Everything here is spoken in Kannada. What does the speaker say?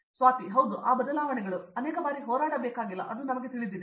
ಸ್ವಾತಿ ಹೌದು ಆ ಬದಲಾವಣೆಗಳು ನೀವು ಅನೇಕ ಬಾರಿ ಹೋರಾಡಬೇಕಾಗಿಲ್ಲ ಮತ್ತು ಅದು ನಿಮಗೆ ತಿಳಿದಿದೆ